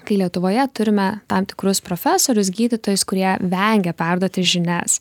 kai lietuvoje turime tam tikrus profesorius gydytojus kurie vengia perduoti žinias